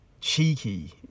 cheeky